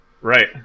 Right